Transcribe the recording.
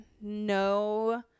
No